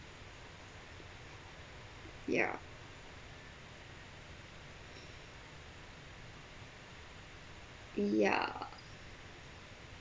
ya ya